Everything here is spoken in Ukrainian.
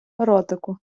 ротику